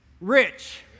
rich